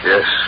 Yes